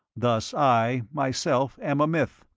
thus i, myself, am a myth,